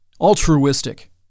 Altruistic